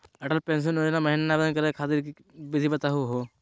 Atal pension Yojana महिना आवेदन करै खातिर विधि बताहु हो?